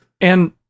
And-